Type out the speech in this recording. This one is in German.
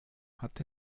hat